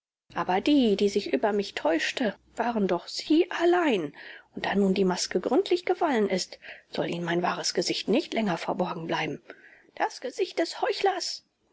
aber die die sich über mich täuschte waren doch sie allein und da nun die maske gründlich gefallen ist soll ihnen mein wahres gesicht nicht länger verborgen bleiben das gesicht des heuchlers